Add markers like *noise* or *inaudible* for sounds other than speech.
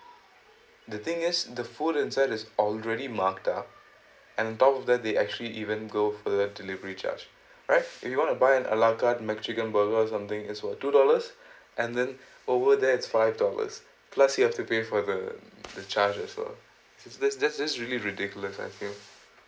the thing is the food inside is already marked up and down to that they actually even go for that delivery charge right if you want to buy an a la carte McChicken burger or something is worth two dollars *breath* and then over there it's five dollars plus you have to pay for the the charge as well so this this really ridiculous I feel